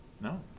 No